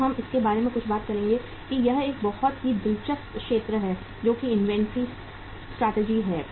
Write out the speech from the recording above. अब हम इसके बारे में कुछ बात करेंगे कि यह एक बहुत ही दिलचस्प क्षेत्र है जो कि इन्वेंट्री स्ट्रैटेजी है